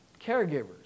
Caregivers